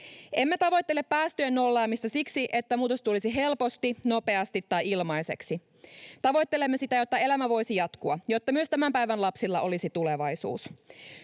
Emme tavoittele päästöjen nollaamista siksi, että muutos tulisi helposti, nopeasti tai ilmaiseksi. Tavoittelemme sitä, jotta elämä voisi jatkua ja jotta myös tämän päivän lapsilla olisi tulevaisuus.